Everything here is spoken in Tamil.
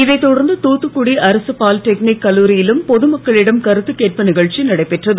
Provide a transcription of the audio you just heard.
இதைத் தொடர்ந்து தூத்துக்குடி அரசு பாலிடெக்னிக் கல்லூரியிலும் பொதுமக்களிடம் கருத்துக்கேட்பு நிகழ்ச்சி நடைபெற்றது